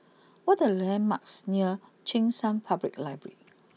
what are the landmarks near Cheng San Public library